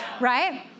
right